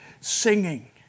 singing